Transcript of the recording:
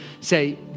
Say